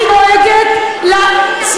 את דואגת למכללה, ?